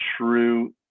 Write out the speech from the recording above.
true